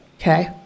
okay